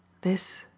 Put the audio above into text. This